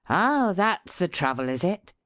oh, that's the trouble, is it?